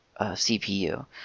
CPU